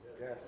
Yes